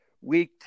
week